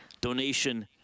donation